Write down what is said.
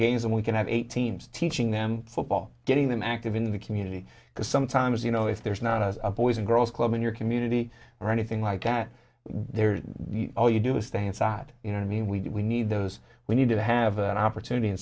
games and we can have eight teams teaching them football getting them active in the community because sometimes you know if there's not as a boys and girls club in your community or anything like that they're all you do is stay inside you know i mean we do we need those we need to have an opportunity in